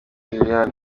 liliane